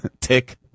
tick